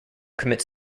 commit